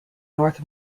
north